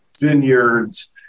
vineyards